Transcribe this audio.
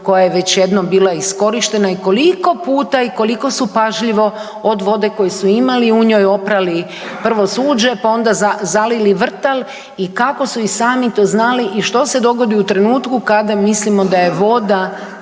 koja je već jednom bila iskorištena i koliko puta i koliko su pažljivo od vode koju su imali u njoj oprali prvo suđe, pa onda zalili vrtal i kako su i sami to znali i što se dogodi u trenutku kada mislimo da je voda